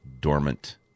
dormant